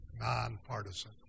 nonpartisan